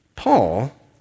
Paul